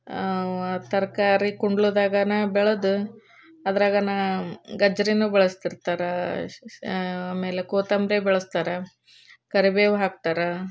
ತರಕಾರಿ ಕುಂಡ್ಲುದಾಗೆ ಬೆಳ್ದು ಅದ್ರಾಗೆ ಗಜ್ಜರಿನು ಬೆಳೆಸ್ತಿರ್ತರೆ ಆಮೇಲೆ ಕೋತ್ತಂಬರಿ ಬೆಳೆಸ್ತಾರೆ ಕರಿಬೇವು ಹಾಕ್ತರೆ